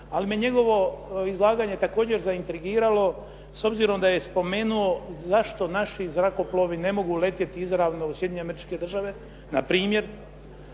ali me njegovo izlaganje također zaintrigiralo s obzirom da je spomenuo zašto naši zrakoplovi ne mogu letjeti izravno u Sjedinjene Američke Države, na primjer